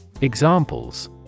Examples